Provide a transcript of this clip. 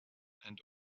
and